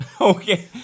Okay